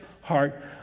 heart